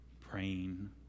praying